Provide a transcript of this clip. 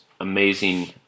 amazing